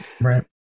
Right